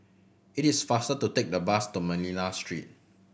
it is faster to take the bus to Manila Street